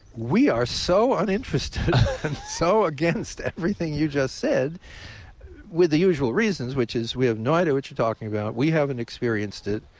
we are so uninterested and so against everything you just, with with the usual reasons which is, we have no idea what you're talking about. we haven't experienced it.